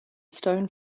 stone